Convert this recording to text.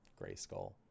Grayskull